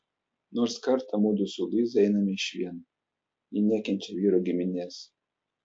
nors kartą mudu su luiza einame išvien ji nekenčia vyro giminės